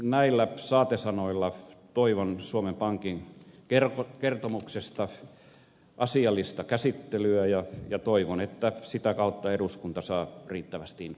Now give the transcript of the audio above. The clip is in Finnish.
näillä saatesanoilla toivon suomen pankin kertomuksen asiallista käsittelyä ja toivon että sitä kautta eduskunta saa riittävästi informaatiota